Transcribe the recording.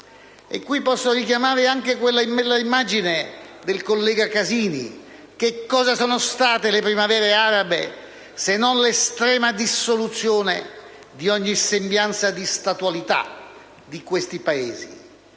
Qui posso richiamare anche una considerazione del collega Casini: che cosa sono state le primavere arabe se non l'estrema dissoluzione di ogni sembianza di statualità di questi Paesi?